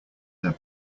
their